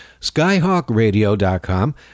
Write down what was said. Skyhawkradio.com